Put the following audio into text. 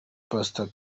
pastor